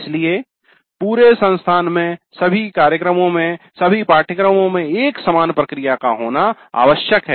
इसलिए पूरे संस्थान में सभी कार्यक्रमों में सभी पाठ्यक्रमों में एक समान प्रक्रिया का होना आवश्यक है